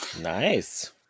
Nice